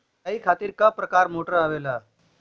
सिचाई खातीर क प्रकार मोटर आवेला?